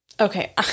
Okay